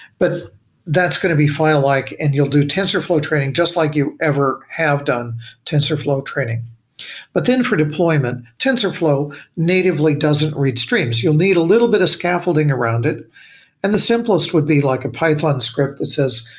but that's going to be file like and you'll do tensorflow training just like you ever have done tensorflow training but then for deployment, tensorflow natively doesn't read streams. you'll need a little bit of scaffolding around it and the simplest would be like a python script that says,